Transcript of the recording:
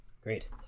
Great